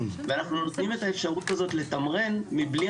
ואנחנו נותנים את האפשרות הזאת לתמרן מבלי